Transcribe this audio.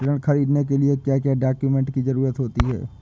ऋण ख़रीदने के लिए क्या क्या डॉक्यूमेंट की ज़रुरत होती है?